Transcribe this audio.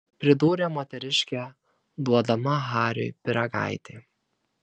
pridūrė moteriškė duodama hariui pyragaitį